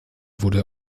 wurde